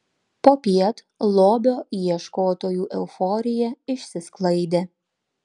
popiet lobio ieškotojų euforija išsisklaidė